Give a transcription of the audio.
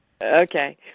Okay